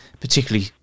particularly